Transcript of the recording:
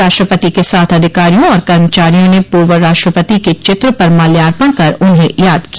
राष्ट्रपति के साथ अधिकारियों और कर्मचारियों ने पूर्व राष्ट्रपति के चित्र पर माल्यार्पण कर उन्हें याद किया